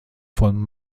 von